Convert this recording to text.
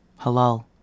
Halal